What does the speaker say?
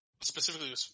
specifically